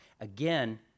Again